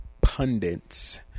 pundits